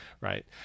right